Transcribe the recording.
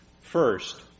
First